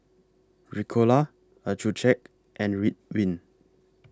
Ricola Accucheck and Ridwind